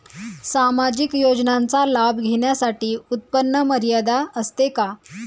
सामाजिक योजनांचा लाभ घेण्यासाठी उत्पन्न मर्यादा असते का?